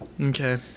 Okay